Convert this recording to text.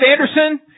Anderson